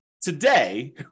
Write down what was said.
today